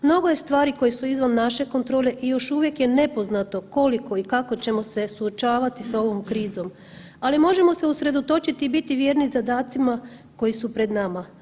Mnogo je stvari koje su izvan naše kontrole i još uvijek je nepoznato koliko i kako ćemo se suočavati s ovom krizom, ali možemo se usredotočiti i biti vjerni zadacima koji su pred nama.